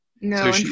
no